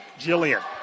Jillian